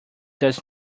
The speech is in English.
does